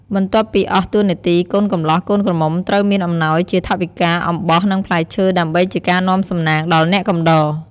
បន្ទាប់ពីអស់តួនាទីកូនកម្លោះកូនក្រមុំត្រូវមានអំណោយជាថវិកា អំបោះ និងផ្លែឈើ ដើម្បីជាការនាំសំណាងដល់អ្នកកំដរ។